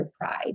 pride